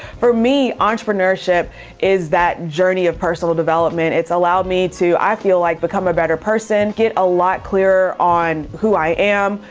for me, entrepreneurship is that journey of personal development. it's allowed me to, i feel like become a better person, get a lot clearer on who i am,